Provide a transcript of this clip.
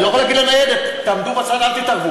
אני לא יכול להגיד לניידת, תעמדו בצד, אל תתערבו.